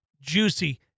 juicy